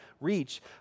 reach